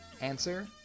Answer